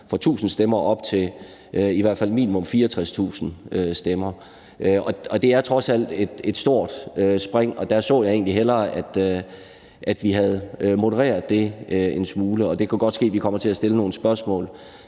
fra 1.000 stemmer op til i hvert fald minimum 64.000 stemmer, og det er trods alt et stort spring, og der så jeg egentlig hellere, at vi havde modereret det en smule. Det kan godt ske, at vi kommer til at stille nogle spørgsmål